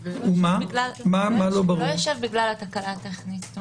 לא יושב בגלל התקלה הטכנית.